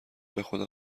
بخدا